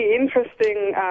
interesting